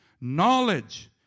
Knowledge